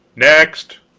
next!